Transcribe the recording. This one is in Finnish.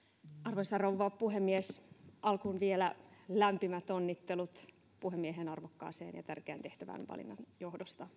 arvoisa rouva puhemies alkuun vielä lämpimät onnittelut puhemiehen arvokkaaseen ja tärkeään tehtävään valinnan johdosta